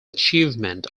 achievement